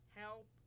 help